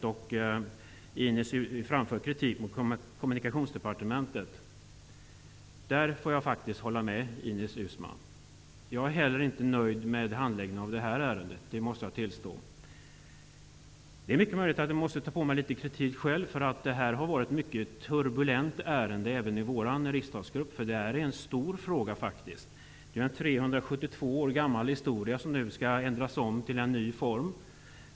Ines Uusmann framför kritik mot Kommunikationsdepartementet för detta. Jag håller faktiskt med Ines Uusmann om detta. Inte heller jag är nöjd med handläggningen av detta ärende. Det är mycket möjligt att jag får ta till mig litet kritik själv, eftersom detta ärende har varit mycket turbulent även i vår riksdagsgrupp. Det gäller en stor åtgärd. En 372 år gammal verksamhet skall nu övergå i en ny form.